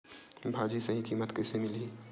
भाजी सही कीमत कइसे मिलही?